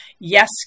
yes